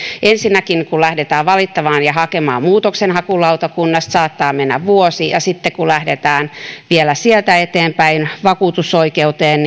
ensinnäkin kun lähdetään valittamaan ja hakemaan muutosta muutoksenhakulautakunnasta saattaa mennä vuosi ja silloin kun lähdetään vielä sieltä eteenpäin vakuutusoikeuteen